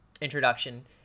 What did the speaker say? introduction